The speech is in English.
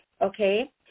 okay